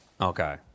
Okay